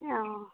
অঁ